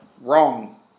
Wrong